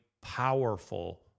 powerful